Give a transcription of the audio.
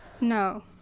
No